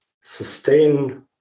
sustain